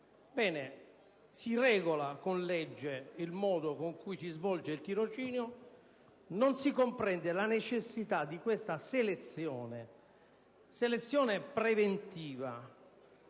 Ebbene, si regola con legge il modo con cui si svolge il tirocinio; non si comprende la necessità di una selezione preventiva